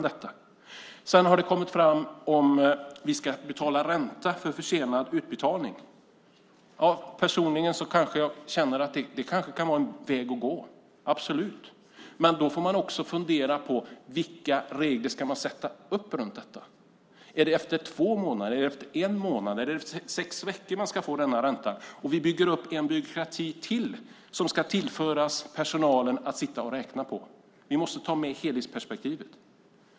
Det har diskuterats om vi ska betala ränta för försenad utbetalning. Personligen känner jag att det kanske kan vara en väg att gå, absolut, men då får vi också fundera på vilka regler vi ska sätta upp för det. Ska man få ränta efter en månad, två månader, sex veckor? I så fall ökar vi på byråkratin ytterligare, eftersom personalen då måste sitta och räkna på detta. Vi måste se på helhetsperspektivet.